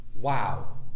Wow